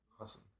Awesome